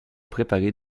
préparer